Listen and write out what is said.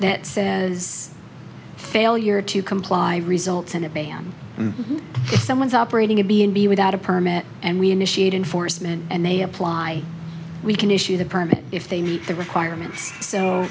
that says failure to comply results in a ban someone's operating a b and b without a permit and we initiate enforcement and they apply we can issue the permit if they meet the requirements so